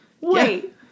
Wait